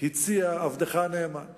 הציע עבדך הנאמן